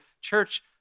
church